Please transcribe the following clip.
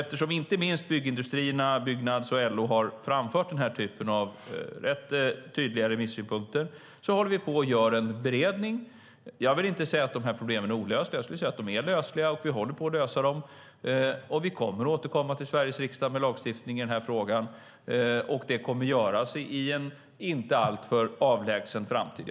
Eftersom inte minst byggindustrierna, Byggnads och LO har framfört den här typen av rätt tydliga remissynpunkter håller vi på att göra en beredning. Jag vill inte säga att de här problemen är olösliga; jag skulle vilja säga att de är lösliga. Vi håller på att lösa dem, och vi kommer att återkomma till Sveriges riksdag med lagstiftning i den här frågan i en inte alltför avlägsen framtid.